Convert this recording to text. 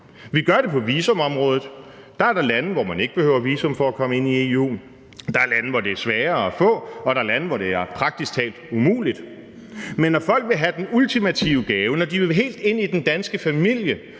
Vi gør det på visumområdet, for der er lande, hvor man ikke behøver at have visum for at komme ind i EU. Der er lande, hvor det er sværere at få, og der er lande, hvor det er praktisk talt umuligt, men når folk vil have den ultimative gave, når de vil helt ind i den danske familie